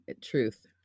Truth